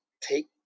take